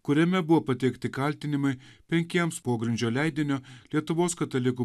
kuriame buvo pateikti kaltinimai penkiems pogrindžio leidinio lietuvos katalikų